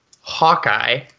Hawkeye